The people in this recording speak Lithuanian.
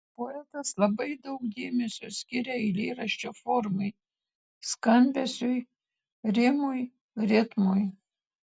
poetas labai daug dėmesio skiria eilėraščio formai skambesiui rimui ritmui